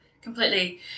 completely